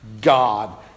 God